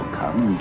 come